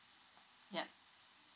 yup